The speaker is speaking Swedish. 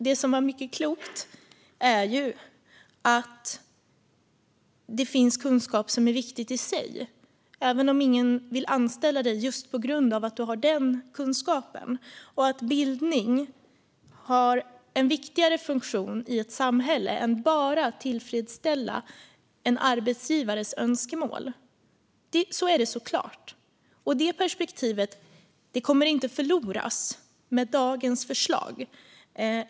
Det som var mycket klokt var att det finns kunskap som är viktig i sig, även om ingen vill anställa dig på grund av att du har just den kunskapen, och att bildning har en viktigare funktion i ett samhälle än bara att tillfredsställa en arbetsgivares önskemål. Så är det såklart, och det perspektivet kommer inte att förloras med dagens förslag.